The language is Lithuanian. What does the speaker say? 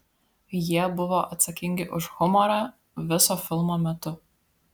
jie buvo atsakingi už humorą viso filmo metu